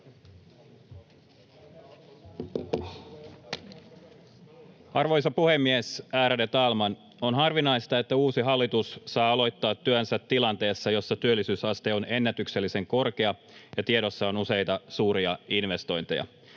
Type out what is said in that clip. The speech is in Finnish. Arvoisa puhemies, ärade talman! On harvinaista, että uusi hallitus saa aloittaa työnsä tilanteessa, jossa työllisyysaste on ennätyksellisen korkea ja tiedossa on useita suuria investointeja.